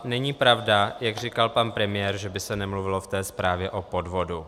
Není pravda, jak říkal pan premiér, že by se nemluvilo v té zprávě o podvodu.